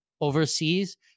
overseas